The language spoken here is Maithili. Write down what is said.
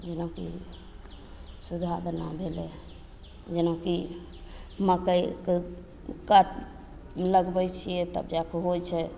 जेनाकि सुधा दाना भेलय जेनाकि मक्कइके क लगबय छियै तब जा कऽ होइ छै